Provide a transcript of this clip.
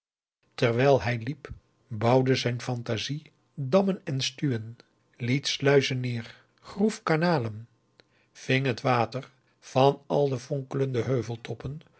terwijl hij liep bouwde zijn fantasie dammen en stuwen liet sluizen neer groef kanalen ving het water van al de fonkelende